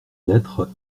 lettre